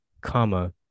comma